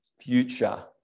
future